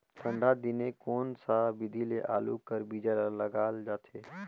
ठंडा दिने कोन सा विधि ले आलू कर बीजा ल लगाल जाथे?